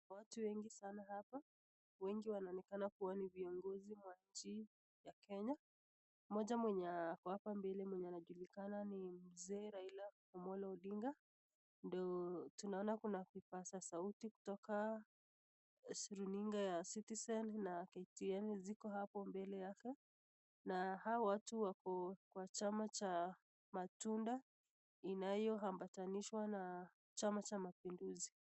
Watu nwengi sana hapa, wengi wakionekana kuwa ni viongozi wa nchi ya kenya, moja mwenya ko hapa mbele mwenye ako anajulikana ni mzee Raila Amolo Odinga, ndio tunaona kuna vipaza sauti kutoka runinga ya Citizen na KTN ziko hapo mbele yake na hawa watu wako kwa chama ya matunda inayoambatanishwa na chama cha mapinduzi.